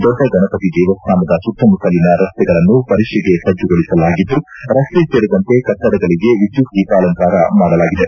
ದೊಡ್ಡ ಗಣಪತಿ ದೇವಸ್ವಾನದ ಸುತ್ತಮುತ್ತಲಿನ ರಸ್ತೆಗಳನ್ನು ಪರಿಷೆಗೆ ಸಜ್ಜುಗೊಳಿಸಲಾಗಿದ್ದು ರಸ್ತೆ ಸೇರಿದಂತೆ ಕಟ್ಟಡಗಳಿಗೆ ವಿದ್ಯುತ್ ದೀಪಾಲಂಕಾರ ಮಾಡಲಾಗಿದೆ